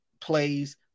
plays